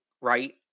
Right